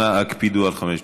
אנא הקפידו על חמש דקות.